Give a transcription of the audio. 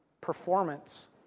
performance